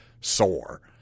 sore